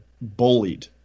bullied